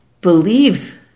believe